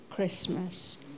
Christmas